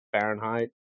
Fahrenheit